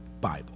Bible